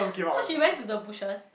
so she went to the bushes